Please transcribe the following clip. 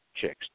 chicks